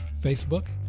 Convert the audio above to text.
Facebook